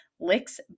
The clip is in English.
licks